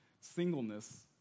singleness